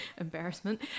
embarrassment